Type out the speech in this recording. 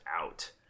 out